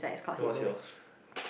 it was yours